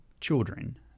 children